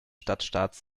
stadtstaats